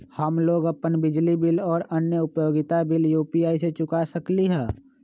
हम लोग अपन बिजली बिल और अन्य उपयोगिता बिल यू.पी.आई से चुका सकिली ह